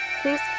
Please